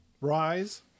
rise